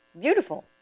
beautiful